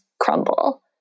crumble